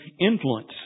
influence